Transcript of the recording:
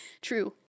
true